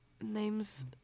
Names